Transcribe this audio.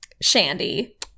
Shandy